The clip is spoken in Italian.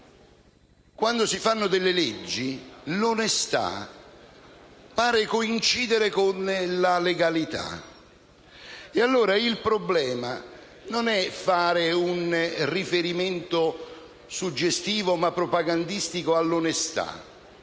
Quando si fanno delle leggi l'onestà pare coincidere con la legalità. Il problema, quindi, non è fare un riferimento suggestivo ma propagandistico all'onestà,